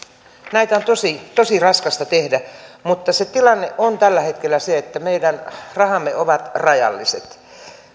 näitä on tosi tosi raskasta tehdä mutta se tilanne on tällä hetkellä se että meidän rahamme ovat rajalliset